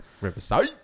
Riverside